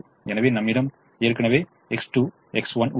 எனவே நம்மிடம் ஏற்கனவே எக்ஸ் 2 எக்ஸ் 1 உள்ளது